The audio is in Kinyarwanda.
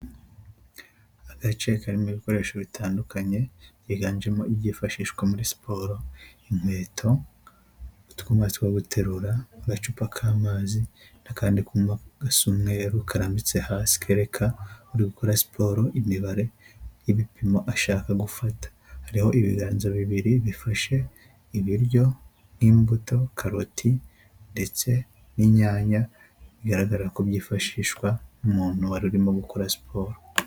Agace karimo ibikoresho bitandukanye byiganjemo ibyifashishwa muri siporo, inkweto, utwuma two guterura, agacupa k'amazi n'akandi kuma gasa umweru karambitse hasi, kereka uri gukora siporo imibare y'ibipimo ashaka gufata. Hariho ibiganza bibiri bifashe ibiryo, nk'imbuto, karoti ndetse n'inyanya, bigaragara ko byifashishwa n'umuntu wari urimo gukora siporo.